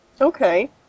Okay